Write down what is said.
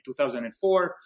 2004